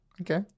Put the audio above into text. Okay